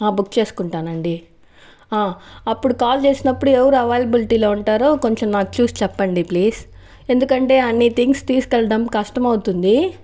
book చేసుకుంటానండి అప్పుడు call చేసినప్పుడు ఎవరు అవైలబిలిటీలో ఉంటారో కొంచెం నాకు చూసి చెప్పండి ప్లీజ్ ఎందుకంటే అన్ని థింగ్స్ తీసుకెళ్తాం కష్టం అవుతుంది